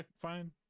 fine